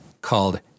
called